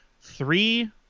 Three